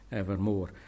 evermore